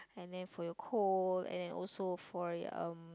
and then for your cold and then also for uh um